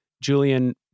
Julian